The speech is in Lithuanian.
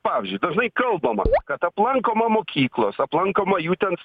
pavyzdžiui dažnai kalbama kad aplankoma mokyklos aplankoma jų ten